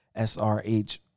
srh